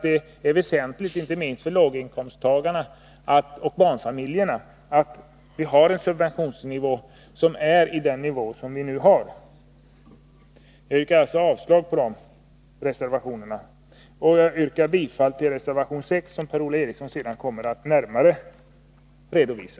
Det är ju väsentligt inte minst för låginkomsttagarna och barnfamiljerna att subventionerna får ligga kvar på nuvarande nivå. Jag yrkar avslag på dessa reservationer. Jag yrkar till sist bifall till reservation 6, som Per-Ola Eriksson senare kommer att närmare redovisa.